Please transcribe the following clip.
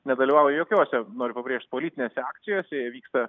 nedalyvauja jokiose noriu pabrėžt politinėse akcijose jie vyksta